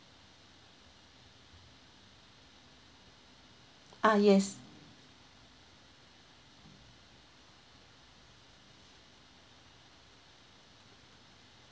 ah yes